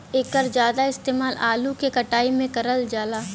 एकर जादा इस्तेमाल आलू के कटाई में करल जाला